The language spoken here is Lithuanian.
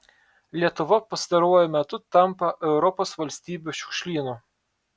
lietuva pastaruoju metu tampa europos valstybių šiukšlynu